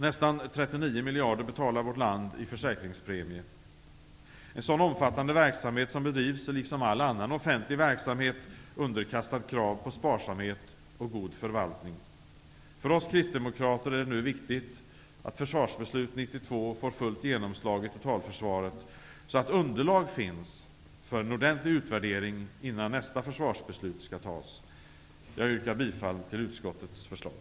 Nästan 39 miljarder betalar vårt land i försäkringspremie. En sådan omfattande verksamhet som bedrivs är liksom all annan offentlig verksamhet underkastad krav på sparsamhet och god förvaltning. För oss kristdemokrater är det nu viktigt att Försvarsbeslut 92 får fullt genomslag i totalförsvaret, så att underlag finns för en ordentlig utvärdering innan nästa försvarsbeslut skall fattas. Jag yrkar bifall till utskottets förslag.